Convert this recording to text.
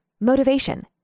motivation